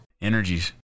Energies